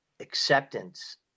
Acceptance